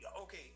Okay